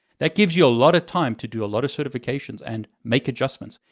that gives you a lot of time to do a lot of certifications and make adjustments.